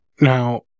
Now